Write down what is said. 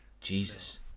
Jesus